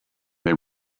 they